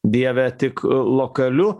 dieve tik lokaliu